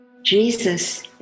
Jesus